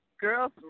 Girls